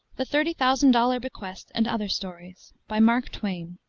the thirty thousand dollars bequest and other stories by mark twain